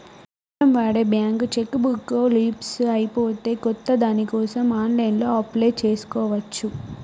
మనం వాడే bank cheque book leafs అయిపోతే కొత్త దానికోసం ఆన్లైన్లో అప్లై చేసుకోవచ్చు